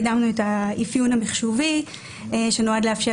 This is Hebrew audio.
קידמנו את האפיון המחשובי שנועד לאפשר